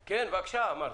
כן, בבקשה, אמרתי.